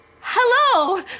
hello